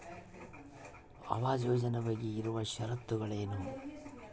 ಆವಾಸ್ ಯೋಜನೆ ಬಗ್ಗೆ ಇರುವ ಶರತ್ತುಗಳು ಏನು?